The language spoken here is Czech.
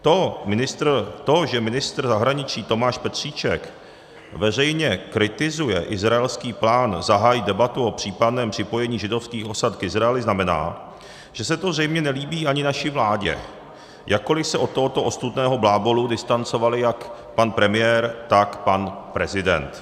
To, že ministr zahraničí Tomáš Petříček veřejně kritizuje izraelský plán zahájit debatu o případném připojení židovských osad k Izraeli, znamená, že se to zřejmě nelíbí ani naší vládě, jakkoli se od tohoto ostudného blábolu distancovali jak pan premiér, tak pan prezident.